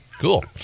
Cool